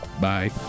Bye